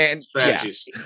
strategies